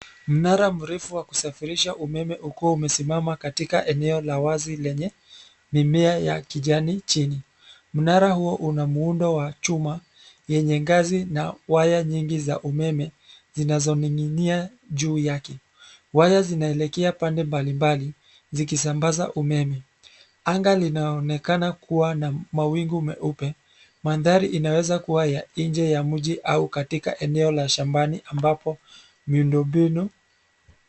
Mnara mrefu wa kusafirisha umeme ukiwa umesimama katika eneo la wazi lenye mimea ya kijani chini. Mnara huo una muundo wa chuma yenye ngazi na waya nyingi za umeme zinazoning'inia juu yake. Waya zinaelekea pande mbalimbali zikisambaza umeme. Anga linaonekana kuwa na mawingu meupe. Mandhari inaweza kuwa ya nje ya mji au katika eneo la shambani ambapo miundo mbinu.